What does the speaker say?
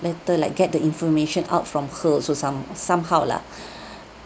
letter like get the information out from her also some somehow lah